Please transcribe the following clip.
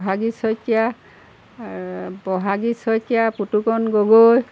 Bohagi Saikia Bahagi Saikia Putukon Gogoi